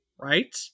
right